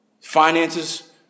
Finances